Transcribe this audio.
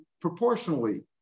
proportionally